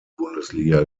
bundesliga